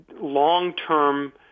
long-term